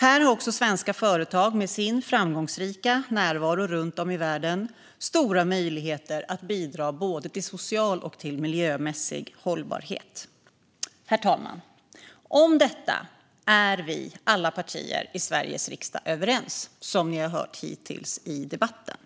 Här har också svenska företag med sin framgångsrika närvaro runt om i världen stora möjligheter att bidra till social och miljömässig hållbarhet. Herr talman! Om detta är alla partier i Sveriges riksdag överens, som ni har hört hittills i debatten.